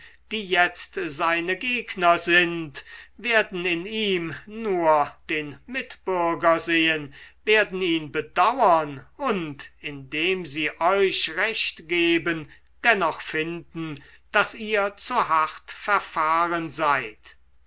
die jetzt seine gegner sind werden in ihm nur den mitbürger sehen werden ihn bedauern und indem sie euch recht geben dennoch finden daß ihr zu hart verfahren seid